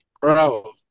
bro